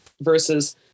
versus